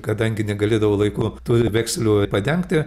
kadangi negalėdavo laiku tų vekselių padengti